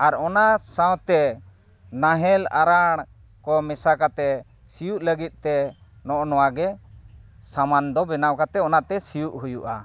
ᱟᱨ ᱚᱱᱟ ᱥᱟᱶᱛᱮ ᱱᱟᱦᱮᱞ ᱟᱨᱟᱲ ᱠᱚ ᱢᱮᱥᱟ ᱠᱟᱛᱮᱫ ᱥᱤᱭᱳᱜ ᱞᱟᱹᱜᱤᱫᱛᱮ ᱱᱚᱜᱼᱚ ᱱᱚᱣᱟ ᱜᱮ ᱥᱟᱢᱟᱱᱫᱚ ᱵᱮᱱᱟᱣ ᱠᱟᱛᱮᱫ ᱚᱱᱟᱛᱮ ᱥᱤᱭᱩᱜ ᱦᱩᱭᱩᱜᱼᱟ